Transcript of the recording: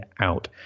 out